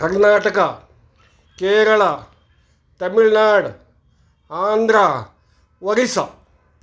Karnataka Kerala Tamil Nadu Andhra Orissa